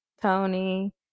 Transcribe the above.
Tony